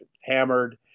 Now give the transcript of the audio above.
hammered